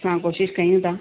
असां कोशिश कयूं था